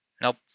Nope